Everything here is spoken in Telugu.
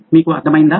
మీకు అర్థమైందా